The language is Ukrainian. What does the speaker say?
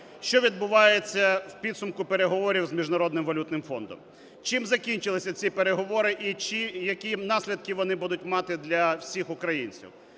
що відбувається в підсумку переговорів з Міжнародним валютним фондом, чим закінчилися ці переговори і які наслідки вони будуть мати для всіх українців,